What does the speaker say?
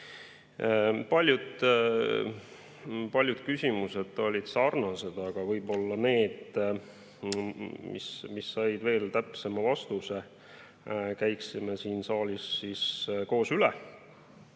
küsimused olid sarnased, aga ehk need, mis said veel täpsema vastuse, käiksime siin saalis koos üle.